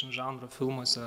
žanro filmuose